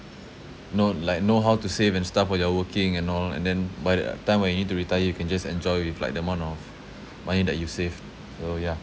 know like know how to save and stuff while you are working and all and then by the time when you need to retire you can just enjoy with like the amount of money that you saved so ya